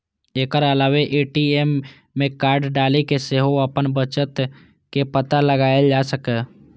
एकर अलावे ए.टी.एम मे कार्ड डालि कें सेहो अपन बचत के पता लगाएल जा सकैए